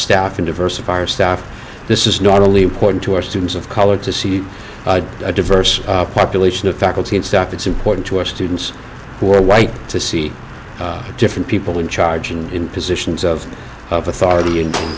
staff and diversify our staff and this is not only important to our students of color to see a diverse population of faculty and staff it's important to our students who are white to see different people in charge and in positions of authority and t